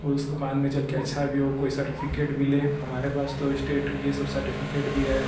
कोई उसको बाद में चल कर अच्छा भी हो कोई सर्टिफिकेट मिले हमारे पास तो इस्टेट ये सब सर्टिफिकेट भी है